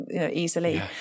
easily